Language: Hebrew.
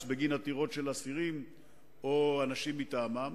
בגין עתירות של אסירים או אנשים מטעמם.